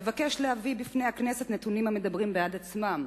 אבקש להביא לפני הכנסת נתונים המדברים בעד עצמם,